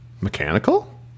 mechanical